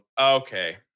okay